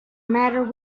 matter